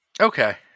Okay